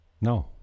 no